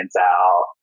out